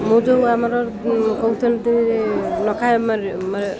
ମୁଁ ଯେଉଁ ଆମର କହୁଛନ୍ତି ଲଖାଏମାର ମ